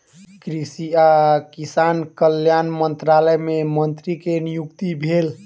कृषि आ किसान कल्याण मंत्रालय मे मंत्री के नियुक्ति भेल